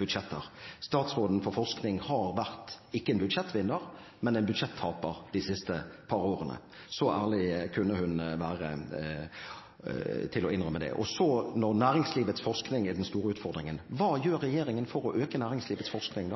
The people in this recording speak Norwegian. budsjetter. Statsråden for forskning har vært ikke en budsjettvinner, men en budsjettaper de siste par årene – så ærlig kunne hun være at hun innrømmer det. Så, når næringslivets forskning er den store utfordringen, hva gjør regjeringen for å øke næringslivets forskning?